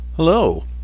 Hello